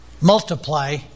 multiply